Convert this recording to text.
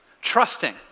Trusting